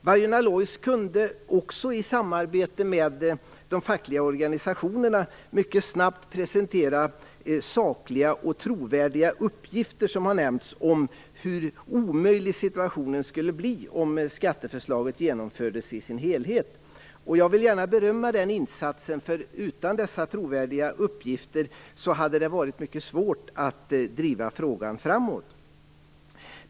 Vargön Alloys kunde också i samarbete med de fackliga organisationerna mycket snabbt presentera mycket sakliga och trovärdiga uppgifter om hur omöjlig situationen skulle bli om skatteförslaget genomfördes i sin helhet. Jag vill gärna berömma den insatsen, för utan dessa trovärdiga uppgifter hade det varit mycket svårt att driva frågan framåt.